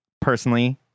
Personally